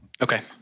Okay